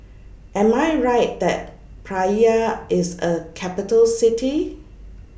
Am I Right that Praia IS A Capital City